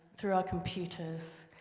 through our computers,